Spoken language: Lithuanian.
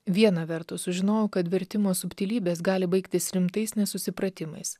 viena vertus sužinojau kad vertimo subtilybės gali baigtis rimtais nesusipratimais